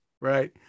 Right